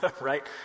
right